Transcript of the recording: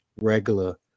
regular